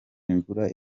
imvura